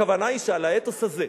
הכוונה היא שעל האתוס הזה,